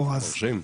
מרשים.